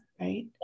Right